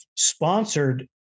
sponsored